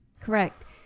Correct